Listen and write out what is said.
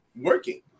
working